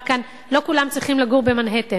הוא אמר כאן: לא כולם צריכים לגור במנהטן.